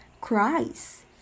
Cries